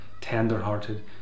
tender-hearted